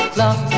love